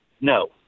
No